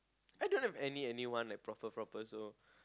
I don't have any any one like proper proper so